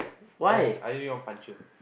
I just I really want to punch you